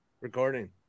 recording